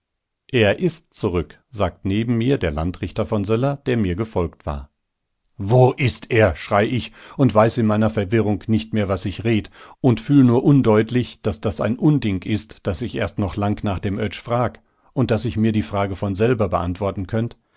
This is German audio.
er ist zurück sagt neben mir der landrichter von söller der mir gefolgt war wo ist er schrei ich und weiß in meiner verwirrung nicht mehr was ich red und fühl nur undeutlich daß das ein unding ist daß ich erst noch lang nach dem oetsch frag und daß ich mir die frage von selber beantworten könnt